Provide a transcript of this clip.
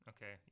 Okay